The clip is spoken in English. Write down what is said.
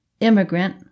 Immigrant